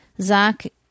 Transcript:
Zach